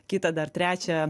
kitą dar trečią